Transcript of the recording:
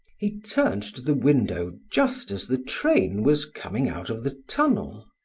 he turned to the window just as the train was coming out of the tunnel,